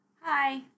Hi